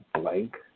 blank